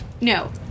no